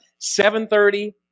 7:30